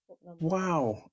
Wow